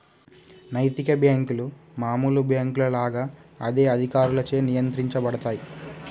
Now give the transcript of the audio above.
నైతిక బ్యేంకులు మామూలు బ్యేంకుల లాగా అదే అధికారులచే నియంత్రించబడతయ్